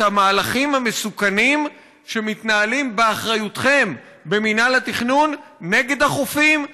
המהלכים המסוכנים שמתנהלים באחריותכם במינהל התכנון נגד החופים,